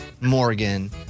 Morgan